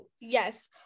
yes